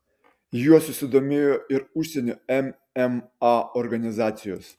juo susidomėjo ir užsienio mma organizacijos